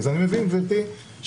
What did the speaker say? גברתי,